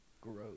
Gross